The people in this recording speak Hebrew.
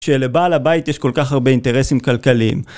שלבעל הבית יש כל כך הרבה אינטרסים כלכליים.